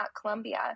Columbia